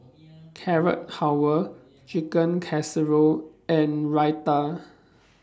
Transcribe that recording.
Carrot Halwa Chicken Casserole and Raita